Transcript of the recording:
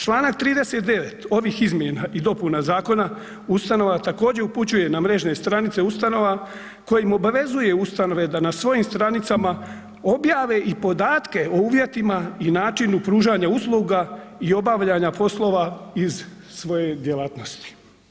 Članak 39. ovih izmjena i dopuna zakona ustanova također upućuje na mrežne stranice ustanova kojim obavezuje ustanove da na svojim stranicama objave i podatke o uvjetima i načinu pružanja usluga i obavljanja poslova iz svoje djelatnosti.